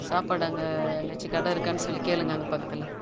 சாப்பாடு அங்கே எங்கேயாச்சும் கடை இருக்கான்னு சொல்லி கேளுங்கள் அங்கே பக்கத்தில்